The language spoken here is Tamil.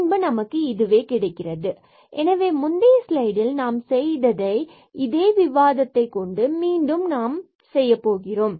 பின்பு இதுவே கிடைக்கிறது fkfyab12k2fkkab எனவே முந்தைய ஸ்லைடில் நாம் செய்த இதே விவாதத்தை கொண்டு மீண்டும் செய்யப்போகிறோம்